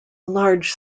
large